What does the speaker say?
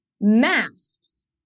masks